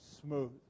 smooth